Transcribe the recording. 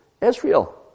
Israel